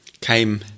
came